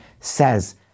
says